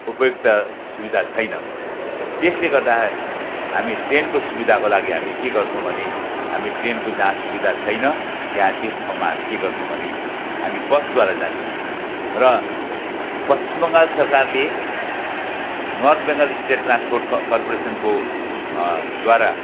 उपयुक्त सुविधा छैन त्यसले गर्दा हामी ट्रेनको सुविधाको लागि हामी के गर्छौँ भने हामी ट्रेनको जहाँ सुविधा छैन त्यहाँ त्यस ठाउँमा हामी के गर्छौँ भने हामी बसद्वारा जान्छौँ र पश्चिम बङ्गाल सरकारले नर्थ बेङ्गल स्टेट ट्रान्सपोर्ट क कर्पोरेसनको द्वारा